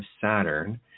Saturn